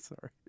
Sorry